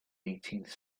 eighteenth